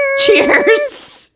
Cheers